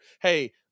Hey